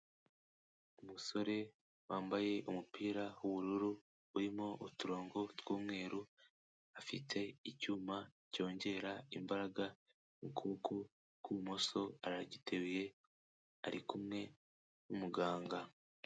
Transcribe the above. Umusore wambaye umupira w'ubururu urimo uturongo tw'umweru, afite icyuma cyongera imbaraga mu kuboko kw'ibumoso aragiteruye ari kumwe n'umuganga.